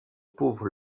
pauvre